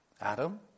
Adam